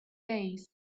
days